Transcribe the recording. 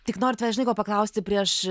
tik noriu tavęs žinai ko paklausti prieš